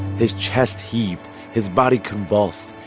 his chest heaved. his body convulsed.